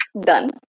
Done